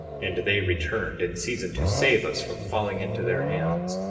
and they returned in season to save us from falling into their hands.